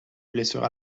blessure